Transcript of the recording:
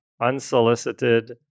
unsolicited